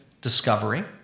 discovery